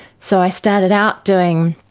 so i started out doing,